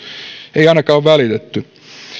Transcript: ei ainakaan ole välitetty